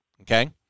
Okay